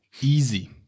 Easy